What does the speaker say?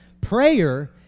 Prayer